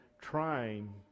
trying